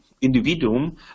individuum